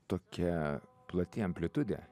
tokia plati amplitudė